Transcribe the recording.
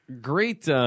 Great